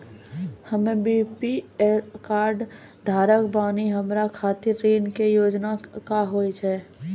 हम्मे BPL card धारक बानि हमारा खातिर ऋण के योजना का होव हेय?